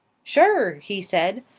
sure! he said.